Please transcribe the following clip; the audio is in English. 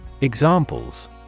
Examples